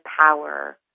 power